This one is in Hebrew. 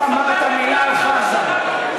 לא אמרת מילה על חזן.